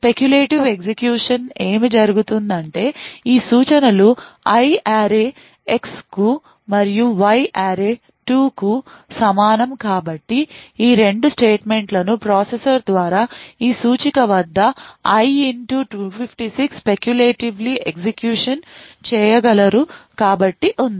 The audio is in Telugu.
speculative ఎగ్జిక్యూషన్ ఏమి జరుగుతుందంటే ఈ సూచనలు I array X కు మరియు Y array 2 కు సమానం కాబట్టి ఈ రెండు స్టేట్మెంట్లను ప్రాసెసర్ ద్వారా ఈ సూచిక వద్ద I 256 స్పెకులేటివ్లీ ఎగ్జిక్యూషన్ చెయ్యగలరు కాబట్టిఉంది